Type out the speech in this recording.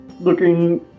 looking